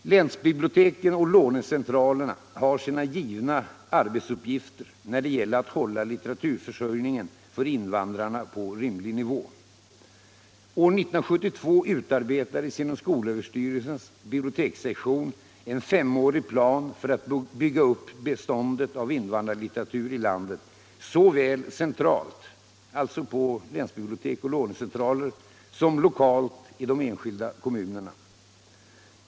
Länsbiblioteken och lånecentralerna har sina givna arbetsuppgifter när det gäller att hålla litteraturförsörjningen för invandrarna på en rimlig nivå. År 1972 utarbetades inom skolöverstyrelsens bibliotekssektion en femårig plan för att bygga upp beståndet av invandrarlitteratur i landet såväl centralt — på länsbibliotek och lånecentraler — som lokalt i de enskilda kommunerna.